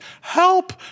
help